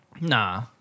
Nah